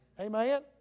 Amen